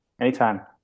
Anytime